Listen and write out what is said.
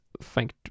Thank